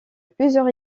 plusieurs